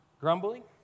Grumbling